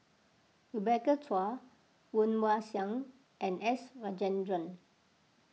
Rebecca Chua Woon Wah Siang and S Rajendran